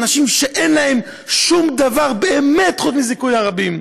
אנשים שאין להם שום דבר באמת חוץ מזיכוי הרבים.